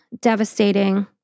devastating